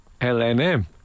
LNM